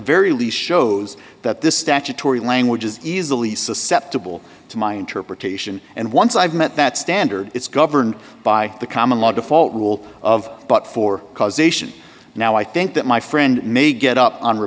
very least shows that this statutory language is easily susceptible to my interpretation and once i've met that standard it's governed by the common law default rule of but for causation now i think that my friend may get up on